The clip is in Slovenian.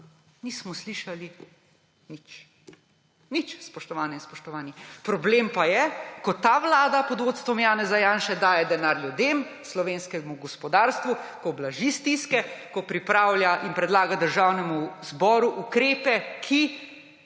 nismo slišali nič. Nič, spoštovane in spoštovani. Problem pa je, ko ta vlada pod vodstvom Janeza Janše daje denar ljudem, slovenskemu gospodarstvu, ko blaži stiske, ko pripravlja in predlaga Državnemu zboru ukrepe, ki